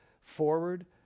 forward